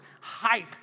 hype